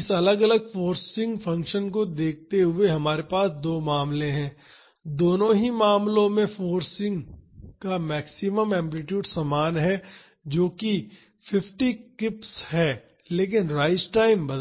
इस अलग अलग फोर्सिंग फ़ंक्शन को देखते हुए हमारे पास दो मामले हैं दोनों ही मामलों में फाॅर्स का मैक्सिमम एम्पलीटूड समान है जो कि 50 किप्स है लेकिन राइज टाइम बदलता है